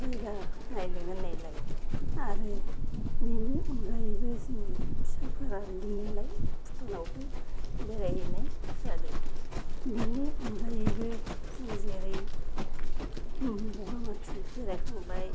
जायगा नायनो होननायलाय आरो बिनि अनगायैबो जोङो फिसाफोरा लिंनायलाय भुटानावबो बेरायहैनाय जादों बिनि अनगायैबो जों जेरै बगामाटि बेरायखांबाय